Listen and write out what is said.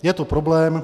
Je to problém.